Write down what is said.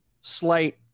slight